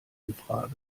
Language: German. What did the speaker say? infrage